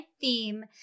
theme